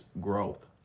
Growth